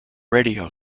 radio